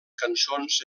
cançons